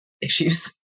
issues